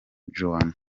joannah